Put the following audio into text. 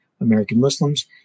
American-Muslims